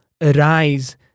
Arise